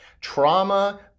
trauma